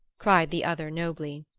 cried the other nobly.